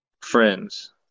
Friends